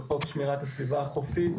בחוק שמירת הסביבה החופית,